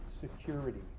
security